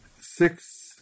Six